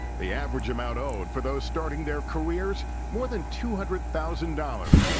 the average amount owed for those starting their careers more than two hundred thousand dollars,